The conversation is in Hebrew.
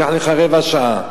ייקח לך רבע שעה,